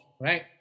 right